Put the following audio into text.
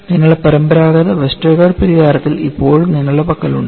നിങ്ങളുടെ പരമ്പരാഗത വെസ്റ്റർഗാർഡ് പരിഹാരത്തിൽ ഇപ്പോഴും നിങ്ങളുടെ പക്കലുണ്ട്